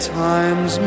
times